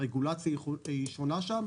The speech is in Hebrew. הרגולציה שם שונה,